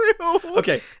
Okay